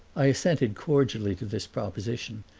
i assented cordially to this proposition,